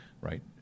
Right